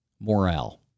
morale